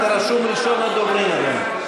אתה רשום ראשון הדוברים היום.